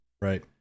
Right